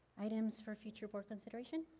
items for future board administration?